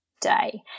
day